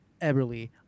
eberly